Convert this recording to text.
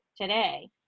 today